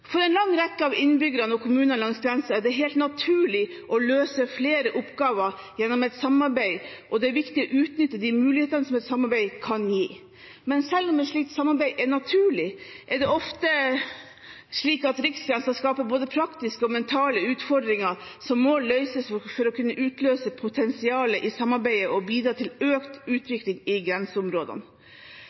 For en lang rekke av innbyggerne og kommunene langs grensen er det helt naturlig å løse flere oppgaver gjennom et samarbeid, og det er viktig å utnytte de mulighetene som et samarbeid kan gi. Men selv om et slikt samarbeid er naturlig, er det ofte slik at riksgrensen skaper både praktiske og mentale utfordringer som må løses for å kunne utløse potensialet i samarbeidet og bidra til økt utvikling i grenseområdene.